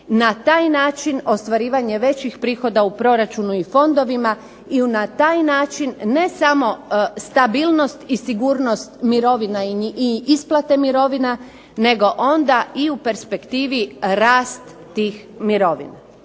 na taj način ostvarivanja većih prihoda u proračunu i fondovima i na taj način ne samo stabilnost i sigurnost mirovina i isplate mirovina nego onda u perspektivi rast tih mirovina.